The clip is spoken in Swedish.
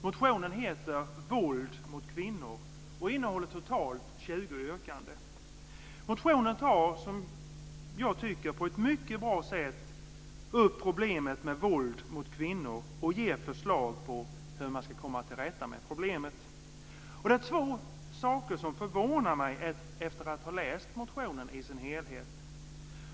Motionen heter Våld mot kvinnor, och innehåller totalt 20 yrkanden. Motionen tar på ett, som jag tycker, mycket bra sätt upp problemet med våld mot kvinnor och ger förslag på hur man ska komma till rätta med problemet. Två saker förvånar mig efter det att jag har läst motionen i dess helhet.